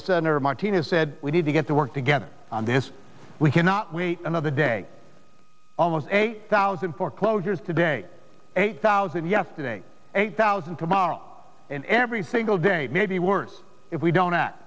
senator martinez said we need to get to work together on this we cannot wait another day almost eight thousand foreclosures today eight thousand yesterday eight thousand tomorrow and everything today maybe worse if we don't a